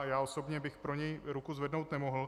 Já osobně bych pro něj ruku zvednout nemohl.